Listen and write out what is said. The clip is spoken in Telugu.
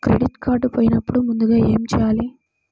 క్రెడిట్ కార్డ్ పోయినపుడు ముందుగా ఏమి చేయాలి?